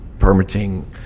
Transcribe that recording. permitting